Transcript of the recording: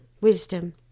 wisdom